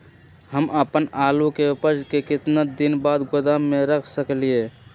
हम अपन आलू के ऊपज के केतना दिन बाद गोदाम में रख सकींले?